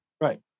right